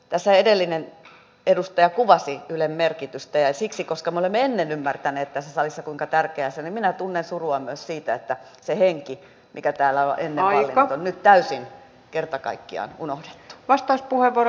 tässä edellinen edustaja kuvasi ylen merkitystä ja koska me olemme ennen ymmärtäneet tässä salissa kuinka tärkeä se on niin minä tunnen surua myös siitä että se henki mikä täällä on ennen vallinnut on nyt täysin kerta kaikkiaan unohdettu